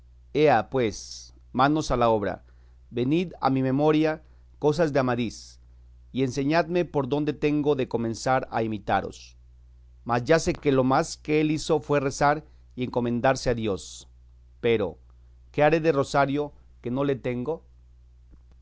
ea pues manos a la obra venid a mi memoria cosas de amadís y enseñadme por dónde tengo de comenzar a imitaros mas ya sé que lo más que él hizo fue rezar y encomendarse a dios pero qué haré de rosario que no le tengo